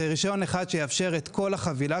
זה יהיה רישיון אחד, שיאפשר את כל החבילה.